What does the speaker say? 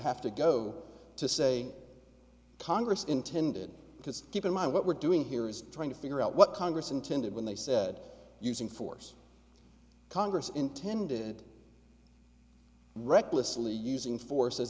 have to go to say congress intended because keep in mind what we're doing here is trying to figure out what congress intended when they said using force congress intended recklessly using force